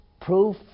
proof